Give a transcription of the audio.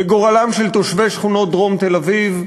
בגורלם של תושבי שכונות דרום תל-אביב,